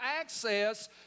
access